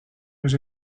was